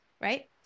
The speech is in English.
right